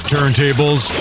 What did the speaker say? Turntables